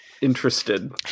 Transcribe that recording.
interested